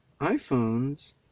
iPhones